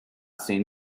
seen